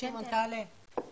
עד שהוא עולה אני